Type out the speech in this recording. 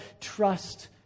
trust